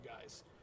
guys